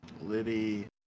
Liddy